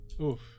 Oof